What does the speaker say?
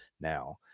Now